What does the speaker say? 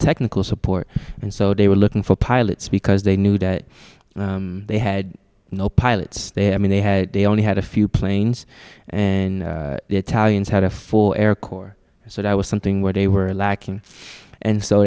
technical support and so they were looking for pilots because they knew that they had no pilots there i mean they had they only had a few planes an italian had a four air corps so there was something where they were lacking and so